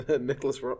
Nicholas